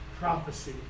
prophecy